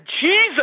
Jesus